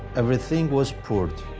everything was poured.